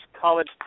college